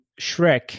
Shrek